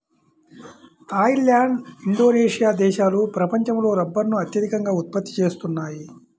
Thai land, Indonesia దేశాలు ప్రపంచంలో రబ్బరును అత్యధికంగా ఉత్పత్తి చేస్తున్నాయి